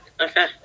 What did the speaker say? Okay